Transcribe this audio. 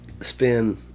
spend